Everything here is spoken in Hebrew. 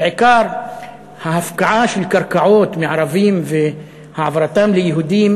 בעיקר ההפקעה של קרקעות מערבים והעברתן ליהודים,